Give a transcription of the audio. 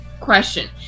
Question